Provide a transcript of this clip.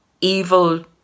evil